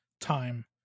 time